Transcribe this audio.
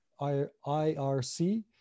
irc